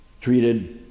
treated